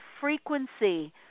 frequency